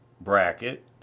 Bracket